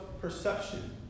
perception